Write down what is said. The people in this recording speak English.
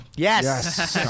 Yes